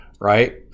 right